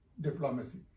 diplomacy